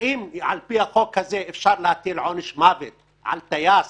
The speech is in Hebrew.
האם על פי החוק הזה אפשר להטיל עונש מוות על טייס